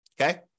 Okay